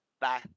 Bye